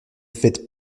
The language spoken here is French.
faites